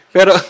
Pero